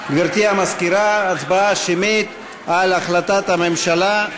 גברתי המזכירה, הצבעה שמית על החלטת הממשלה.